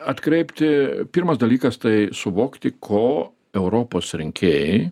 atkreipti pirmas dalykas tai suvokti ko europos rinkėjai